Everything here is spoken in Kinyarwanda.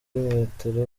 metero